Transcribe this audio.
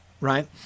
right